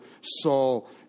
Saul